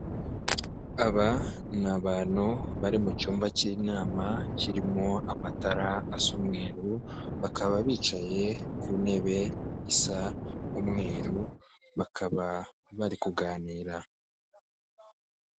Aba ni abantu bari mucyumba cy'inama kirimo amatara asa umweru bakaba bicaye ku ntebe isa umweru bakaba bari kuganira.